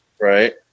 Right